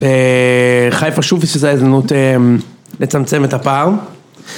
חיפה שוב פספסה הזדמנות לצמצם את הפער.